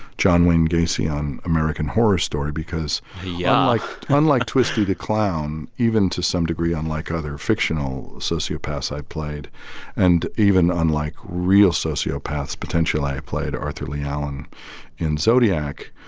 john wayne gacy on american horror story because yeah unlike twisty the clown, even to some degree unlike other fictional sociopaths i played and even unlike real sociopath's potential i played arthur leigh allen in zodiac.